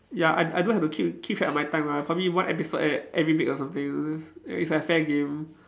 ya I I don't have to keep keep track off my time ah I probably one episode ev~ every week or something it's like fair game